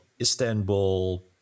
Istanbul